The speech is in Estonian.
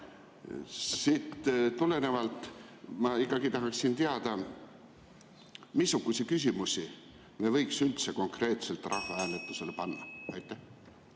Siit tulenevalt ma ikkagi tahaksin teada, missuguseid küsimusi me võiksime üldse konkreetselt rahvahääletusele panna. Aitäh